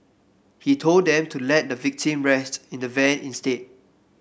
he told them to let the victim rest in the van instead